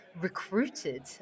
recruited